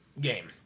game